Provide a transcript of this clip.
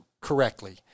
correctly